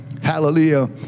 Hallelujah